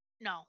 No